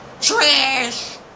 trash